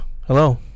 hello